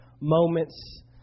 moments